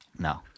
No